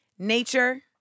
Nature